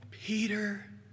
Peter